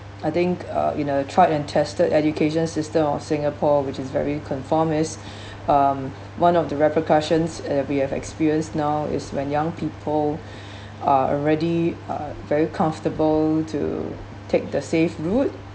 I think uh you know tried and tested education system of singapore which is very conform is um one of the repercussions uh we have experienced now is when young people are already uh very comfortable to take the safe route